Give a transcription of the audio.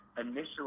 initially